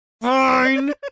fine